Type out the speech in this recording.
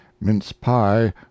Mince-pie